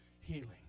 Healing